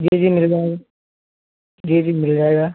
जी मिल जाए जी जी मिल जाएगा